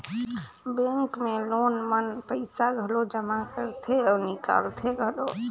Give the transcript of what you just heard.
bank मे लोग मन पइसा घलो जमा करथे अउ निकालथें घलो